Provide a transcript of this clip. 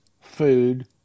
food